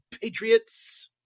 patriots